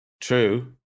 true